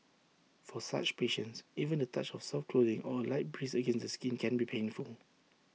for such patients even the touch of soft clothing or light breeze against the skin can be painful